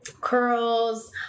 curls